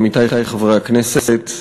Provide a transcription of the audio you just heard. עמיתי חברי הכנסת,